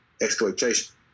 exploitation